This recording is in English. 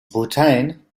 bhutan